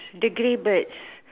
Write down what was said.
the grey birds